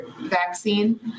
vaccine